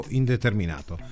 indeterminato